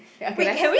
okay let's